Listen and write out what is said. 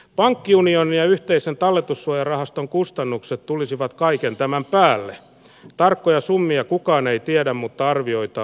pankkiunionia yhteisen talletussuojarahaston kustannukset tulisivat kaiken tämän päälle ja tarkkoja summia kukaan ei tiedä mutta arvioita